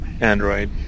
Android